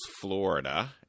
Florida